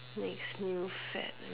next new fad